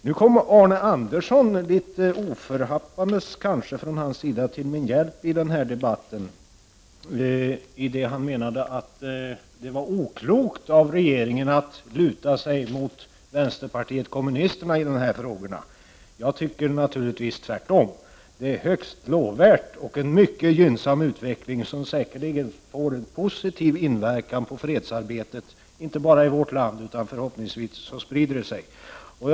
Nu kom Arne Andersson, förmodligen honom själv ovetande, till min hjälp i denna debatt. Han menade att det var oklokt av regeringen att luta sig mot vänsterpartiet kommunisterna i dessa frågor. Jag tycker naturligtvis tvärt om. Det är högst lovvärt och medför en mycket gynnsam utveckling, som säkert får en positiv inverkan på fredsarbetet inte bara i vårt land, utan förhoppningsvis sprider den sig även till andra länder.